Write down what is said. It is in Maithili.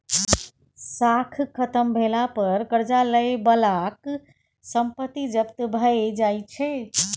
साख खत्म भेला पर करजा लए बलाक संपत्ति जब्त भए जाइ छै